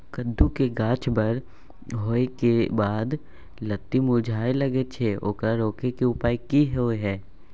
कद्दू के गाछ बर होय के बाद लत्ती मुरझाय लागे छै ओकरा रोके के उपाय कि होय है?